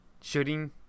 shooting